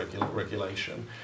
regulation